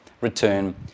return